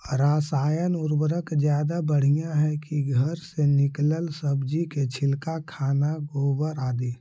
रासायन उर्वरक ज्यादा बढ़िया हैं कि घर से निकलल सब्जी के छिलका, खाना, गोबर, आदि?